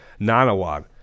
Nanawad